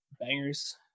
bangers